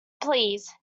please